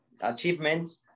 achievements